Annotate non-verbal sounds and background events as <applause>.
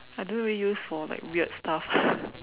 I don't really use for like weird stuff <breath>